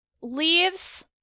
leaves